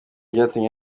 byatumye